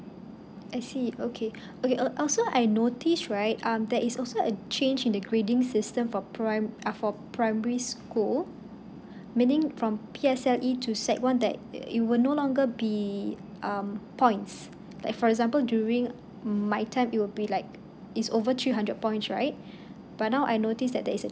I see okay okay uh also I notice right um there is also a change in the grading system for prime ah for primary school meaning from P_S_L_E to sec one that it will no longer be um points like for example during my time it will be like it's over three hundred points right but now I noticed that there is a